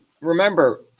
remember